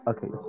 Okay